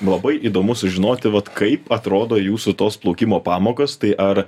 labai įdomu sužinoti vat kaip atrodo jūsų tos plaukimo pamokos tai ar